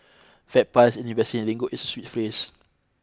fat pies in investing lingo is a sweet phrase